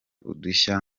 udushya